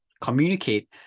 Communicate